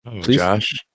Josh